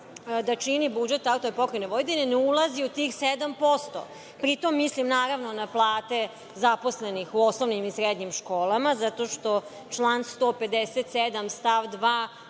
da čini budžet AP Vojvodine, ne ulazi u tih 7%. Pritom mislim, naravno, na plate zaposlenih u osnovnim i srednjim školama, zato što član 157. stav 2.